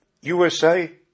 USA